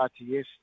RTS